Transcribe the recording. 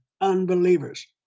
unbelievers